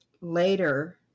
later